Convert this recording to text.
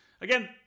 Again